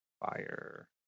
fire